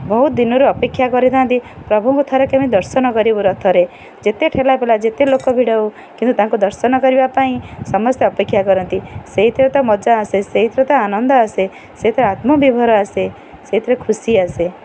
ବହୁତ ଦିନରୁ ଅପେକ୍ଷା କରିଥାନ୍ତି ପ୍ରଭୁଙ୍କ ଥରେ କେମିତି ଦର୍ଶନ କରିବୁ ରଥରେ ଯେତେ ଠେଲା ପିଲା ଯେତେ ଲୋକ ଭିଡ଼ ହଉ କିନ୍ତୁ ତାଙ୍କୁ ଦର୍ଶନ କରିବା ପାଇଁ ସମସ୍ତେ ଅପେକ୍ଷା କରନ୍ତି ସେଇଥିରେ ତ ମଜା ଆସେ ସେଇଥିରେ ତ ଆନନ୍ଦ ଆସେ ସେଇଥିରେ ଆତ୍ମବିଭୋର ଆସେ ସେଇଥିରେ ଖୁସି ଆସେ